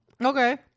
Okay